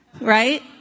right